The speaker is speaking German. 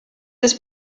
des